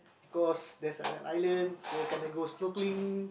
because that's an island where I can go snorkeling